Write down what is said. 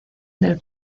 del